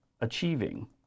achieving